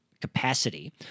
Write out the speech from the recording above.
capacity